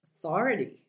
authority